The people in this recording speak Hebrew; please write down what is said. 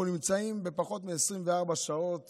אנחנו נמצאים פחות מ-24 שעות